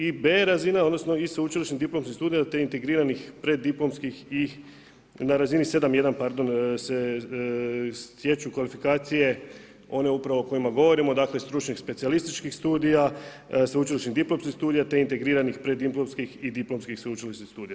I B razina odnosno i sveučilišni diplomskih studija te integriranih preddiplomskih i na razini 7.1 pardon se stječu kvalifikacije one upravo o kojima govorimo dakle stručnih specijalističkih studija, sveučilišnih diplomskih studija te integriranih preddiplomskih i diplomskih sveučilišnih studija.